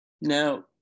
Now